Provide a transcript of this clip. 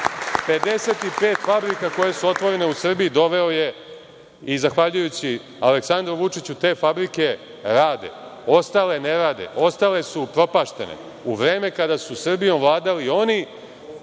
pet fabrika koje su otvorene u Srbiji doveo je, i zahvaljujući Aleksandru Vučiću te fabrike rade. Ostale ne rade. Ostale su upropaštene u vreme kada su Srbijom vladali oni